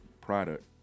product